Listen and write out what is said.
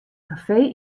kafee